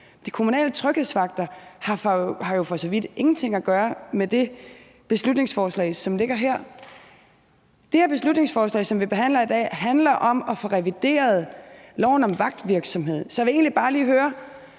De kommunale tryghedsvagter har jo for så vidt ingenting at gøre med det beslutningsforslag, som ligger her. Det her beslutningsforslag, som vi behandler i dag, handler om at få revideret loven om vagtvirksomhed, så jeg vil egentlig bare lige høre